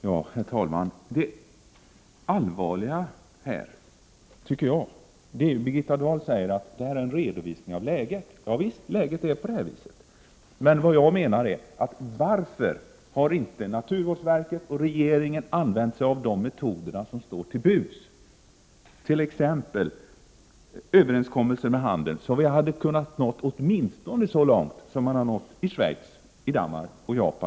Herr talman! Jag tycker att det är allvarligt när Birgitta Dahl säger att svaret är en redovisning av läget. Visst, så här är läget, men varför har inte naturvårdsverket och regeringen använt sig av de metoder som står till buds, t.ex. överenskommelser med handeln? Då hade vi åtminstone kunnat nå så långt som man har nått i Schweiz, Danmark och Japan.